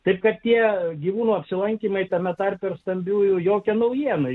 tai kad tie gyvūnų apsilankymai tame tarpe ir stambiųjų jokia naujiena